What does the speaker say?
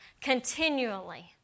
continually